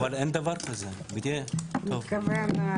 על כל ניצול שואה הגשנו כל מיני טפסים,